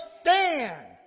stand